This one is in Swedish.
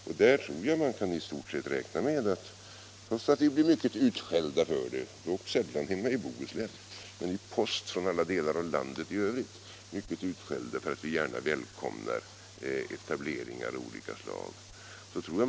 Jag tror att man i stort sett kan räkna med att riksdagsledamöterna —- trots att vi blir utskällda i brev från alla delar av landet dock sällan från Bohuslän — även i framtiden gärna kommer att välkomna etableringar av olika slag i Bohuslän.